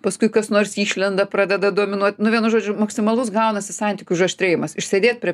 paskui kas nors išlenda pradeda dominuot nu vienu žodžiu maksimalus gaunasi santykių užaštrėjimas išsėdėt prie